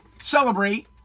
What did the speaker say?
celebrate